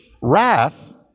wrath